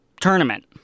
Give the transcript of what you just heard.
Tournament